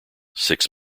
six